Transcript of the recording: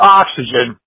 oxygen